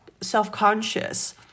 self-conscious